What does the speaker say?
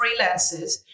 freelancers